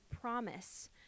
promise